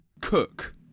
cook